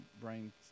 brain